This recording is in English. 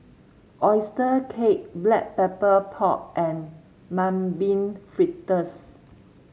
oyster cake Black Pepper Pork and Mung Bean Fritters